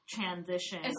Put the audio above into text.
Transition